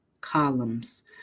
columns